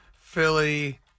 Philly